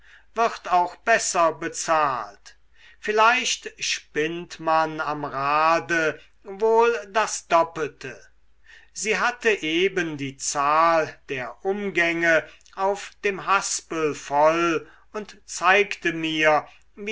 wird auch besser bezahlt vielleicht spinnt man am rade wohl das doppelte sie hatte eben die zahl der umgänge auf dem haspel voll und zeigte mir